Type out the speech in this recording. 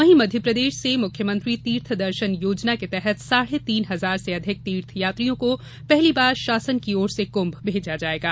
वहीं मध्यप्रदेश से मुख्यमंत्री तीर्थ दर्शन योजना के तहत साढ़े तीन हजार से अधिक तीर्थयात्रियों को पहली बार शासन की ओर से कृंभ भेजा जायेगा